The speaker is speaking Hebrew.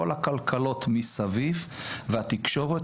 כל הכלכלות מסביב והתקשורת,